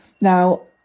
Now